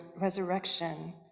resurrection